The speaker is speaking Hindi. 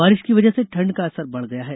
बारिश की वजह से ठण्ड का असर बढ़ गया है